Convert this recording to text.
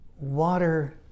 Water